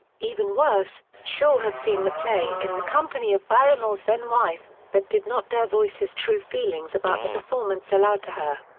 even worse, shaw had seen the play in the company of barrymore's then wife, but did not dare voice his true feelings about the performance aloud to her.